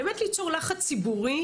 באמת ליצור לחץ ציבורי,